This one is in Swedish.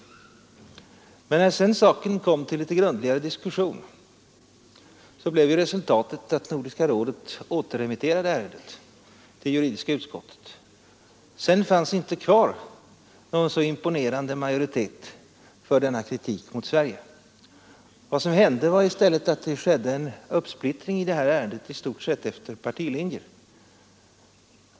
Men när saken sedan togs upp till grundligare diskussion blev resultatet att Nordiska rådet återremitterade ärendet till juridiska utskottet. Sedan fanns det inte kvar någon så imponerande majoritet för denna kritik mot Sverige. Vad som hände var i stället att det i det här ärendet skedde en uppsplittring i stort sett efter partilinjer.